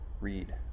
read